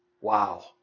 Wow